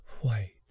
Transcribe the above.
white